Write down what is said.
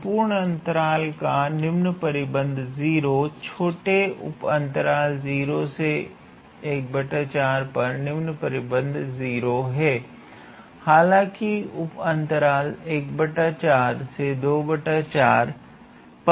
संपूर्ण अंतराल का निम्न परिबद्ध 0 छोटे उप अंतराल 0 पर निम्न परिबद्ध 0 है हालांकि उप अंतराल पर यह है